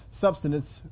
substance